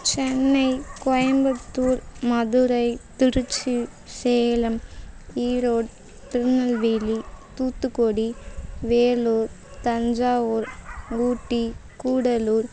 Chennai Coimbatore Madurai Trichy Salem Erode Tirunelveli Thoothukudi Vellore Thanjavur Ooty Gudalur